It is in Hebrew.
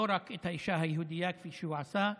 לא רק את האישה היהודייה, כפי שהוא עשה.